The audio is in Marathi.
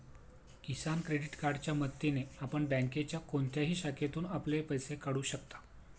किसान क्रेडिट कार्डच्या मदतीने आपण बँकेच्या कोणत्याही शाखेतून आपले पैसे काढू शकता